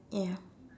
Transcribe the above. ya